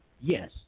Yes